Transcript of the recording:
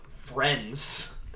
friends